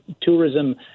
Tourism